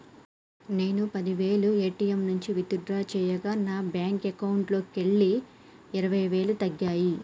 నేను పది వేలు ఏ.టీ.యం నుంచి విత్ డ్రా చేయగా నా బ్యేంకు అకౌంట్లోకెళ్ళి ఇరవై వేలు తగ్గాయి